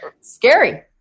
Scary